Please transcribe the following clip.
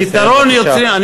יתרון יוצרים, צריך לסיים.